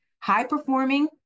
high-performing